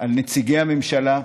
על נציגי הממשלה,